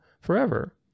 forever